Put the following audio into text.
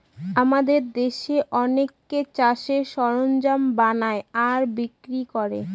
আমাদের দেশে অনেকে চাষের সরঞ্জাম বানায় আর বিক্রি করে